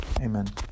Amen